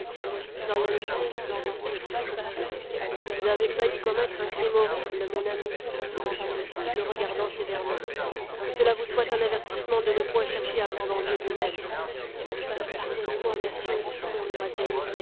dorian gray respira vous avez failli commettre un crime horrible mon ami dit-il le regardant sévèrement que cela vous soit un avertissement de ne point chercher à vous venger vous-même pardonnez-moi monsieur murmura